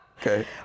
Okay